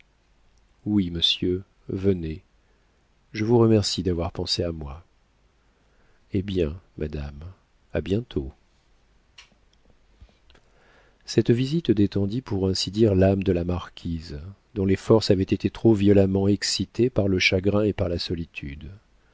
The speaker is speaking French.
oui monsieur venez je vous remercie d'avoir pensé à moi eh bien madame à bientôt cette visite détendit pour ainsi dire l'âme de la marquise dont les forces avaient été trop violemment excitées par le chagrin et par la solitude